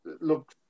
look